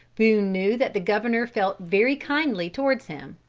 boone knew that the governor felt very kindly towards him.